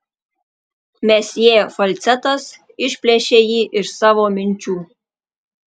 mesjė falcetas išplėšė jį iš savo minčių